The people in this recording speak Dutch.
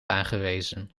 aangewezen